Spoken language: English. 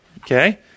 Okay